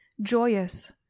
joyous